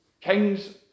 Kings